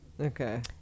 okay